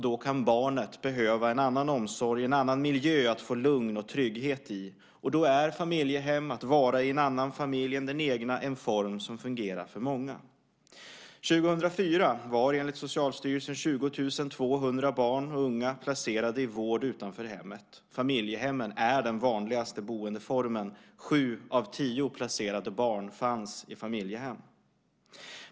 Då kan barnet behöva en annan omsorg, en annan miljö att få lugn och trygghet i. Då är familjehem, att få vara i en annan familj än den egna, en form som fungerar för många. 2004 var enligt Socialstyrelsen 20 200 barn och unga placerade i vård utanför hemmet. Familjehemmen är den vanligaste boendeformen. Sju av tio placerade barn fanns i familjehem.